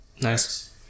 nice